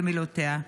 במילותיה.